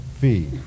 fee